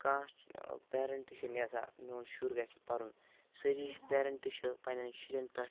کانٛہہ پیرَنٹہٕ چھُنہٕ یژھان میوٗن شُر گژھہِ نہٕ پَرُن سٲری چھِ پیرَنٹہٕ چھِ پننیٚن شُرٮ۪ن پٮ۪ٹھ